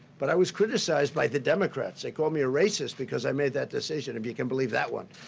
but i was criticized by the democrats. they called me a racist because i made that decision, if you can believe that one.